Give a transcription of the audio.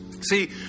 See